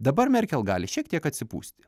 dabar merkel gali šiek tiek atsipūsti